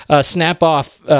snap-off